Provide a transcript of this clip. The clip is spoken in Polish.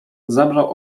zabrał